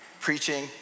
preaching